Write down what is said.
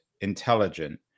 intelligent